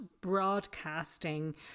broadcasting